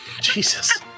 Jesus